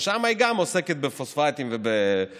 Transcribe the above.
שגם שם היא עוסקת בפוספטים ובזרחן,